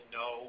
no